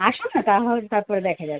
আসুন না তাহ তারপরে দেখা যাবে